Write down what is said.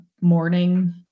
morning